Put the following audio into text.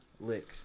Lick